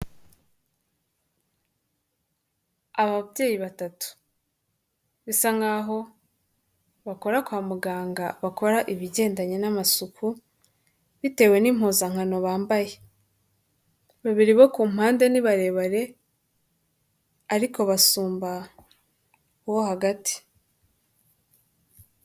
Ababyeyi batatu bisa nkaho bakora kwa muganga bakora ibigendanye n'amasuku bitewe n'impuzankano bambaye, babiri bo ku mpande ni barebare, ariko basumba wo hagati.